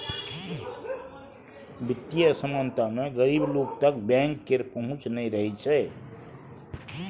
बित्तीय असमानता मे गरीब लोक तक बैंक केर पहुँच नहि रहय छै